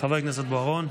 חברים יקרים,